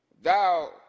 Thou